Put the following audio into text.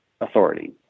authority